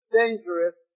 dangerous